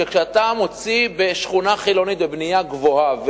שכשאתה מוציא בשכונה חילונית בנייה גבוהה,